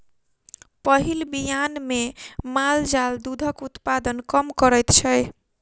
पहिल बियान मे माल जाल दूधक उत्पादन कम करैत छै